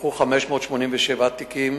נפתחו 587 תיקים